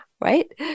right